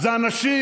זו לא מכונה,